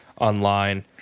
online